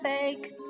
fake